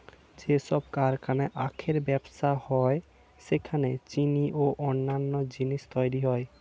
যেসব কারখানায় আখের ব্যবসা হয় সেখানে চিনি ও অন্যান্য জিনিস তৈরি হয়